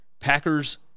Packers